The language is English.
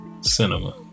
Cinema